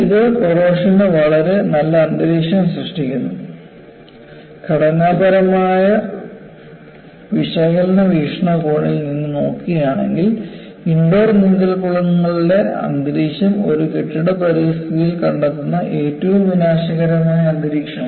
ഇത് കോറോഷന് വളരെ നല്ല അന്തരീക്ഷം സൃഷ്ടിക്കുന്നു ഘടനാപരമായ വിശകലന വീക്ഷണകോണിൽ നിന്ന് നോക്കുകയാണെങ്കിൽ ഇൻഡോർ നീന്തൽക്കുളങ്ങളുടെ അന്തരീക്ഷം ഒരു കെട്ടിട പരിതസ്ഥിതിയിൽ കണ്ടെത്തുന്ന ഏറ്റവും വിനാശകരമായ അന്തരീക്ഷമാണ്